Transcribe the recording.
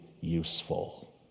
useful